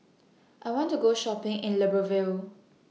I want to Go Shopping in Libreville